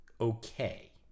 okay